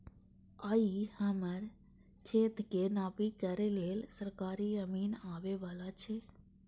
आइ हमर खेतक नापी करै लेल सरकारी अमीन आबै बला छै